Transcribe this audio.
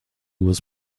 was